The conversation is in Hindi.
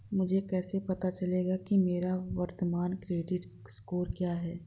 मुझे कैसे पता चलेगा कि मेरा वर्तमान क्रेडिट स्कोर क्या है?